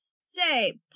Say